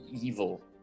evil